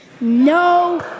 no